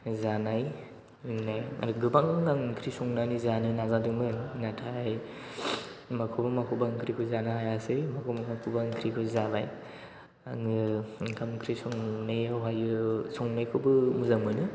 जानाय लोंनाय आरो गोबां आं ओंख्रि संनानै जानो नाजादोंमोन नाथाय माखौबा माखौबा ओंख्रिखौ जानो हायासै माखौबा माखौबा ओंख्रिखौ जाबाय आङो ओंखाम ओंख्रि संनायखौबो मोजां मोनो